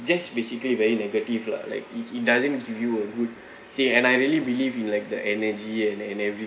it just basically very negative lah like it it doesn't give you a good K and I really believe in like the energy and and everything